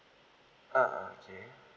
ah okay